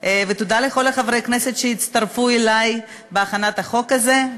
ותודה לכל חברי הכנסת שהצטרפו אלי בהכנת החוק הזה.